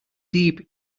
deep